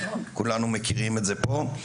כולנו מכירים את זה פה.